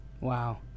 Wow